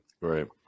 right